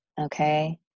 Okay